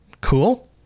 cool